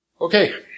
Okay